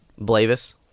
Blavis